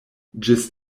ĝis